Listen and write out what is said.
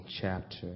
chapter